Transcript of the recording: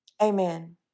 amen